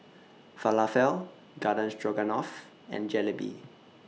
Falafel Garden Stroganoff and Jalebi